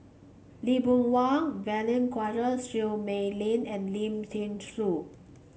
Lee Boon Wang Vivien Quahe Seah Mei Lin and Lim Thean Soo